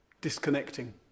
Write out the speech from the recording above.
disconnecting